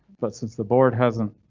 but since the board hasn't.